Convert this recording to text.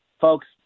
Folks